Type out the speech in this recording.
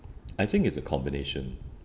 I think it's a combination